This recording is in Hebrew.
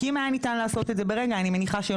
כי אם היה ניתן לעשות את זה ברגע אני מניחה שלא